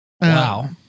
Wow